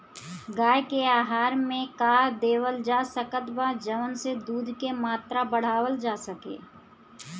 गाय के आहार मे का देवल जा सकत बा जवन से दूध के मात्रा बढ़ावल जा सके?